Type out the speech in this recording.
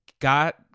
got